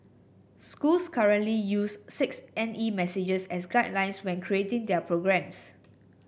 schools currently use six N E messages as guidelines when creating their programmes